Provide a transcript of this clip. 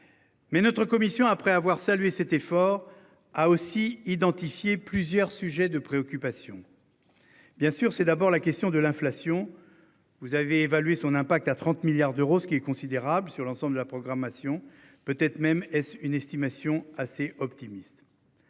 Mais notre commission après avoir salué cet effort a aussi identifié plusieurs sujets de préoccupation. Bien sûr c'est d'abord la question de l'inflation. Vous avez évalué son impact à 30 milliards d'euros, ce qui est considérable sur l'ensemble de la programmation, peut-être même une estimation assez optimiste.